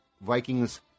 Vikings